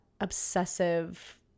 obsessive